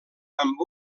amb